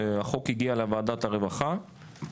החוק הגיע לוועדת הרווחה,